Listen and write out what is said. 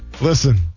Listen